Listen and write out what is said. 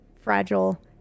fragile